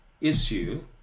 issue